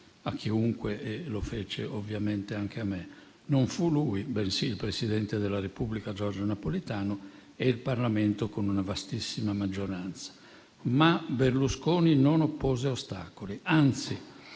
a chiunque (e lo fece ovviamente anche a me). Non fu lui, bensì furono il presidente della Repubblica Giorgio Napolitano e il Parlamento con una vastissima maggioranza. Ma Berlusconi non oppose ostacoli; anzi,